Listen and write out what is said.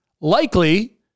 likely